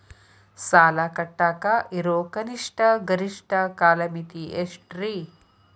ಸಾಲ ಕಟ್ಟಾಕ ಇರೋ ಕನಿಷ್ಟ, ಗರಿಷ್ಠ ಕಾಲಮಿತಿ ಎಷ್ಟ್ರಿ?